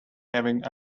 having